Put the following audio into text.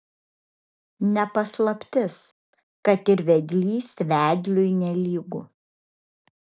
ne paslaptis kad ir vedlys vedliui nelygu